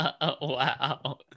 Wow